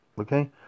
Okay